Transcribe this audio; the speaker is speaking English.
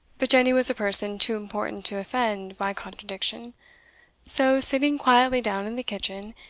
but jenny was a person too important to offend by contradiction so, sitting quietly down in the kitchen,